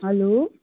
hello